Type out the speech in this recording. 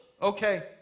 Okay